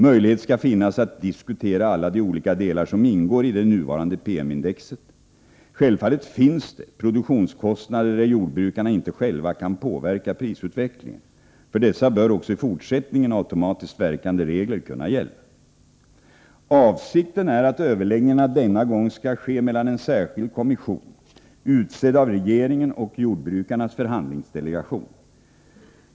Möjlighet skall finnas att diskutera alla de olika delar som ingår i det nuvarande PM-indexet. Självfallet finns det produktionskostnader där jordbrukarna inte själva kan påverka prisutvecklingen. För dessa bör också i fortsättningen automatiskt verkande regler kunna gälla. Avsikten är att överläggningarna denna gång skall ske mellan en särskild kommission utsedd av regeringen och jordbrukarnas förhandlingsdelegation.